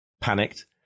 panicked